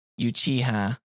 Uchiha